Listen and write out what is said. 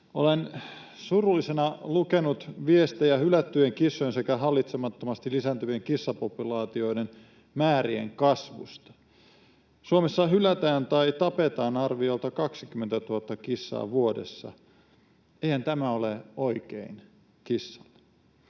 Olen surullisena lukenut viestejä hylättyjen kissojen sekä hallitsemattomasti lisääntyvien kissapopulaatioiden määrien kasvusta. Suomessa hylätään tai tapetaan arviolta 20 000 kissaa vuodessa. Eihän tämä ole oikein kissalle.